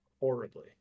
horribly